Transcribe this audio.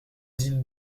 dîne